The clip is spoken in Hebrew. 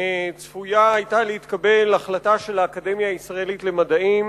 צפויה היתה להתקבל החלטה של האקדמיה הישראלית למדעים